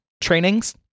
trainings